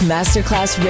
Masterclass